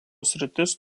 sritis